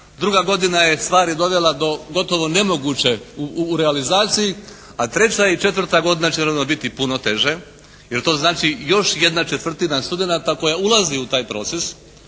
Druga godina je stvari dovela do gotovo nemoguće u realizaciji a treća i četvrta godina će naravno biti puno teže jer to znači još ¼ studenata koja ulazi u taj proces